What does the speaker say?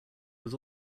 was